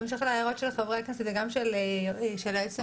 בהמשך להערות של חברי הכנסת וגם של היועצת המשפטית,